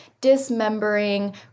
dismembering